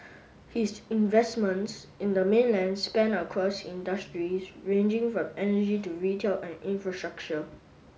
his investments in the mainland span across industries ranging from energy to retail and infrastructure